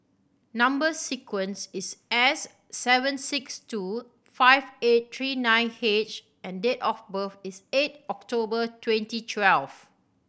number sequence is S seven six two five eight three nine H and date of birth is eight October twenty twelve